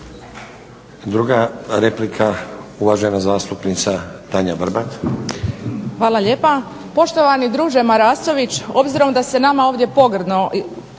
Druga replika, uvažena zastupnica Tanja Vrbat.